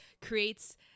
creates